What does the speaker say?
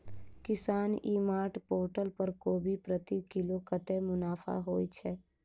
किसान e mart portal पर कोबी प्रति किलो कतै मुनाफा होइ छै?